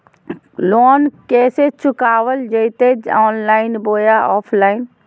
Loan कैसे चुकाबल जयते ऑनलाइन बोया ऑफलाइन?